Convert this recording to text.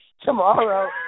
Tomorrow